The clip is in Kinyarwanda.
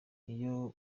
iyo